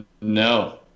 No